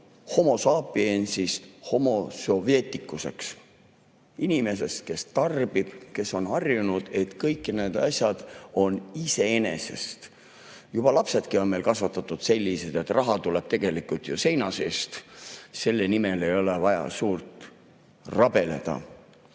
sapiens'istHomo soveticus'eks, inimeseks, kes tarbib, kes on harjunud, et kõik need asjad on iseenesest. Juba lapsedki on meil kasvatatud [teadmises], et raha tuleb tegelikult ju seina seest, selle nimel ei ole vaja suurt rabeleda.